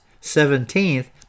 seventeenth